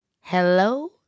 Hello